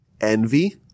Envy